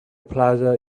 plaza